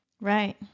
Right